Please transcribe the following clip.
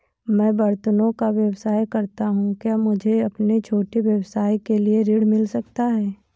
मैं बर्तनों का व्यवसाय करता हूँ क्या मुझे अपने छोटे व्यवसाय के लिए ऋण मिल सकता है?